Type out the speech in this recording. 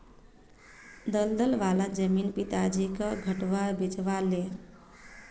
दलदल वाला जमीन पिताजीक घटाट बेचवा ह ले